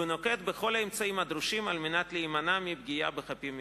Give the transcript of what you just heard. ונוקט את כל האמצעים הדרושים על מנת להימנע מפגיעה בחפים מפשע.